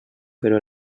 però